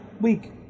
week